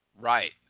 Right